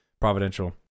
providential